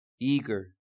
eager